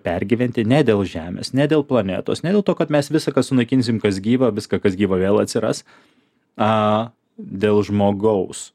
pergyventi ne dėl žemės ne dėl planetos ne dėl to kad mes visa ką sunaikinsim kas gyva viską kas gyva vėl atsiras a dėl žmogaus